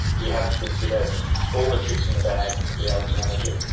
we have to consider all the tricks in the bag to be able to manage it.